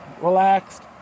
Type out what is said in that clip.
relaxed